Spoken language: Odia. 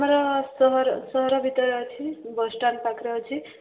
ଆମର ସହର ସହର ଭିତରେ ଅଛି ବସ୍ ଷ୍ଟାଣ୍ଡ୍ ପାଖରେ ଅଛି